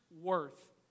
worth